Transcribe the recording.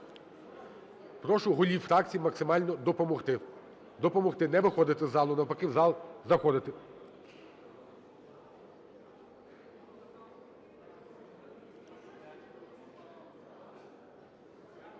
Прошу голів фракцій максимально допомогти, допомогти, не виходити із залу, навпаки, в зал заходити.